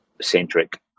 centric